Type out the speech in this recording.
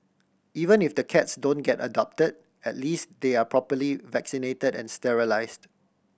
even if the cats don't get adopted at least they are properly vaccinated and sterilised